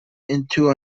into